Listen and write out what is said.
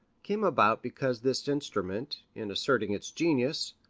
came about because this instrument, in asserting its genius,